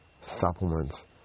supplements